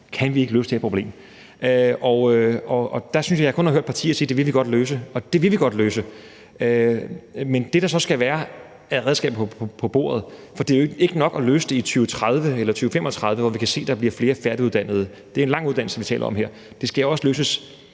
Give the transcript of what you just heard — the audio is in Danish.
om vi ikke kan løse det her problem. Og der synes jeg kun jeg har hørt partier sige: Det vil vi godt løse. Og det vil vi godt løse, men med hensyn til hvad der så skal være af redskaber på bordet, er det jo ikke nok at løse det i 2030 eller 2035, hvor vi kan se, at der bliver flere færdiguddannede – det er en lang uddannelse, vi taler om her. Det skal også løses